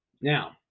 Now